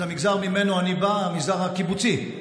זה המגזר שממנו אני בא, המגזר הקיבוצי.